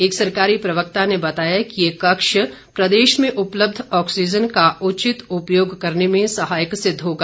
एक सरकारी प्रवक्ता ने बताया कि ये कक्ष प्रदेश में उपलब्ध ऑक्सीजन का उचित उपयोग करने में सहायक सिद्ध होगा